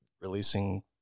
releasing